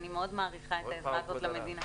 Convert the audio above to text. ואני מאוד מעריכה את העזרה הזאת למדינה.